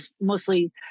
mostly